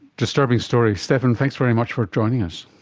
disturbing story. stephan, thanks very much for joining us.